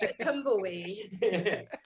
Tumbleweed